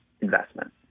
investment